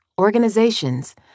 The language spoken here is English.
organizations